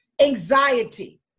anxiety